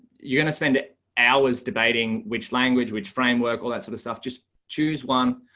you're going to spend hours debating which language which framework, all that sort of stuff, just choose one,